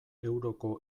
euroko